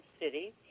City